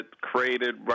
created